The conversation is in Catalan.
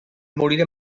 morir